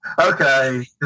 Okay